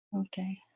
Okay